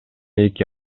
эки